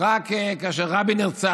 רק כאשר רבין נרצח.